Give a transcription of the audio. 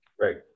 Right